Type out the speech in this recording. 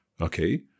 Okay